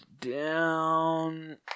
down